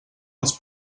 als